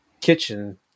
kitchen